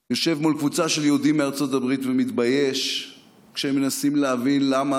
יושב מול קבוצה של יהודים מארצות הברית ומתבייש כשהם מנסים להבין למה